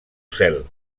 cel